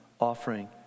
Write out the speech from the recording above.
offering